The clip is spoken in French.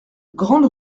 grande